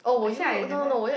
actually I never